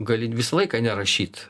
gali vis laiką nerašyt